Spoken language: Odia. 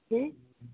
ହୁଁ